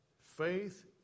Faith